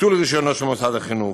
ביטול רישיונו של מוסד החינוך,